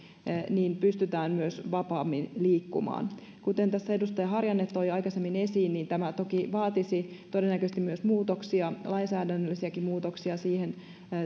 niin pystytään myös vapaammin liikkumaan kuten tässä edustaja harjanne toi aikaisemmin esiin tämä toki vaatisi todennäköisesti myös muutoksia lainsäädännöllisiäkin muutoksia mahdollisesti